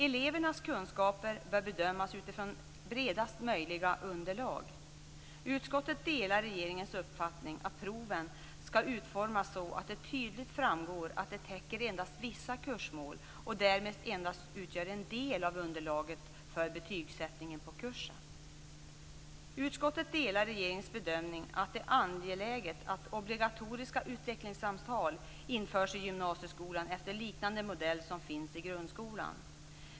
Elevernas kunskaper bör bedömas utifrån bredast möjliga underlag. Utskottet delar regeringens uppfattning att proven skall utformas så att det tydligt framgår att de endast täcker vissa kursmål och därmed endast utgör en del av underlaget för betygssättningen på kursen. Utskottet delar regeringens bedömning att det är angeläget att obligatoriska utvecklingssamtal införs i gymnasieskolan efter liknande modell som finns i grundskolan.